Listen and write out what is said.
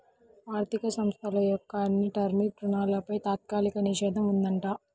ఆర్ధిక సంస్థల యొక్క అన్ని టర్మ్ రుణాలపై తాత్కాలిక నిషేధం ఉందంట